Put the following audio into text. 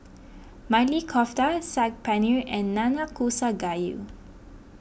Maili Kofta Saag Paneer and Nanakusa Gayu